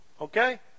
Okay